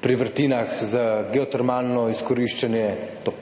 pri vrtinah za geotermalno izkoriščanje toplote,